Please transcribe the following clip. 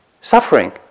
suffering